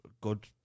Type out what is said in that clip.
good